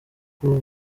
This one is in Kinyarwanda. kuba